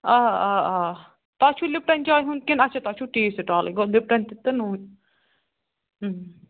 آ آ آ تۄہہِ چھُو لِپٹَن چاے ہُنٛد کِنۍ اچھا تۄہہِ چھُو ٹی سِٹالٕے گوٚو لِپٹن تہِ تہٕ نوٗن